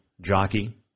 jockey